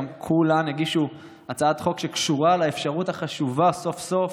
כולן גם הגישו הצעת חוק שקשורה לאפשרות החשובה שסוף-סוף,